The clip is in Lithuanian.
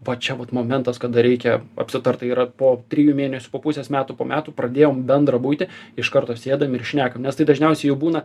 va čia vat momentas kada reikia apsitart tai yra po trijų mėnesių po pusės metų po metų pradėjom bendrą buitį iš karto sėdam ir šnekam nes tai dažniausiai jau būna